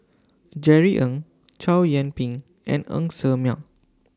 Jerry Ng Chow Yian Ping and Ng Ser Miang